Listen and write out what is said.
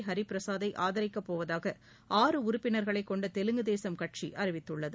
ஹரிபிரசாத்தை ஆதரிக்கப் போவதாக ஆறு உறுப்பினர்களைக் கொண்ட தெலுங்கு தேசம் கட்சி அறிவித்துள்ளது